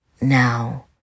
now